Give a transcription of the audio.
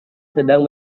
sedang